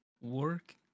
work